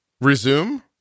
Resume